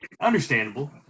Understandable